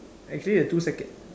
actually the two seconds